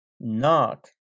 Knock